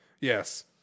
yes